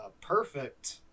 perfect